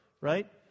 right